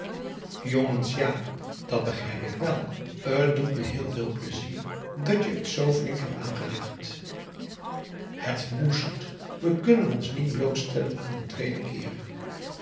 jongens ja dat begrijp ik wèl t doet me heel veel plezier dat je het zoo flink hebt aangelegd het moest we kunnen ons niet blootstellen aan een tweeden keer